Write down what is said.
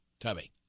Tubby